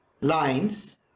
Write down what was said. lines